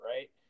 Right